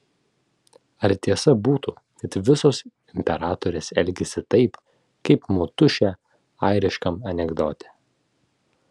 ar tiesa būtų kad visos imperatorės elgiasi taip kaip motušė airiškam anekdote